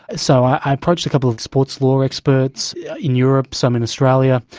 so i approached a couple of sports law experts in europe, some in australia,